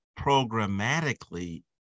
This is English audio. programmatically